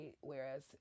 whereas